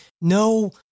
no